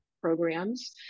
programs